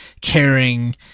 caring